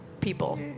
people